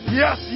yes